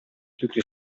tutto